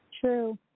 True